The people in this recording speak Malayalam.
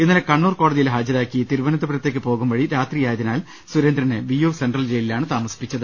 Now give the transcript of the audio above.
ഇന്നലെ കണ്ണൂർ കോടതിയിൽ ഹാജ രാക്കി തിരുവനന്തപുരത്തേക്ക് പോകുംവഴി രാത്രിയായതിനാൽ സുരേന്ദ്രനെ വിയ്യൂർ സെൻട്രൽ ജയിലിലാണ് താമസിപ്പിച്ചത്